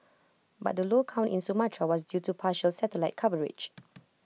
but the low count in Sumatra was due to partial satellite coverage